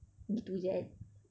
gitu jer kan